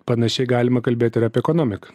panašiai galima kalbėti ir apie ekonomiką